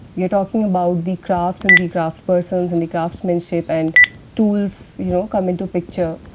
we are talking about the crafts and the craftspersons and the craftsmanship, and tools you know come into picture